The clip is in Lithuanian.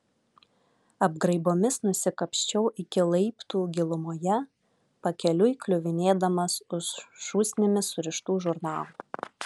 apgraibomis nusikapsčiau iki laiptų gilumoje pakeliui kliuvinėdamas už šūsnimis surištų žurnalų